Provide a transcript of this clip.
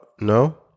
no